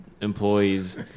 employees